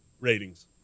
ratings